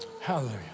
Hallelujah